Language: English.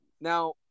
Now